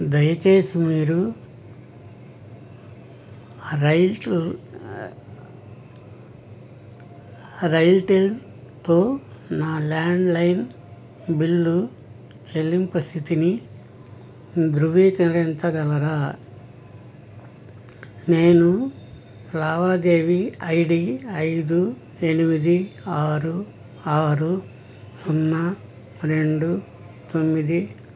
దయచేసి మీరు రైల్ రైల్టెల్తో నా ల్యాండ్లైన్ బిల్లు చెల్లింపు స్థితిని ధృవీకరించగలరా నేను లావాదేవీ ఐడీ ఐదు ఎనిమిది ఆరు ఆరు సున్నా రెండు తొమ్మిది